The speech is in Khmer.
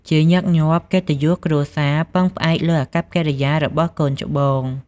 ជាញឹកញាប់ កិត្តិយសគ្រួសារពឹងផ្អែកលើអាកប្បកិរិយារបស់កូនច្បង។